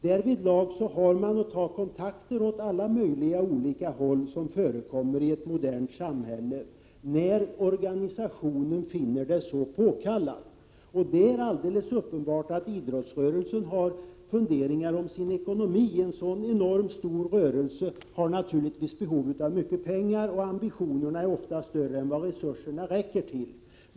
Därvidlag har man att ta de kontakter åt alla möjliga håll som förekommer i ett modernt samhälle när organisationen finner så påkallat. Och det är alldeles uppenbart att idrottsrörelsen har funderingar om sin ekonomi — en sådan enormt stor rörelse har naturligtvis behov av mycket pengar, och ambitionerna är oftast större än vad resurserna räcker till.